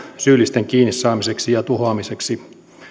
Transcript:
syyllisten kiinnisaamiseksi ja tuhoamiseksi